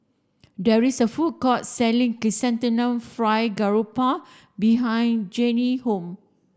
there is a food court selling chrysanthemum fried garoupa behind Jeanne's house